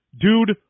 dude